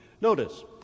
Notice